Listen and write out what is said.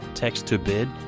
Text-to-bid